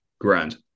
Grand